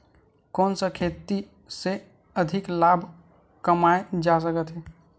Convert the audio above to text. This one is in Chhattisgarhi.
कोन सा खेती से अधिक लाभ कमाय जा सकत हे?